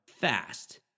fast